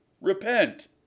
Repent